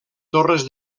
torres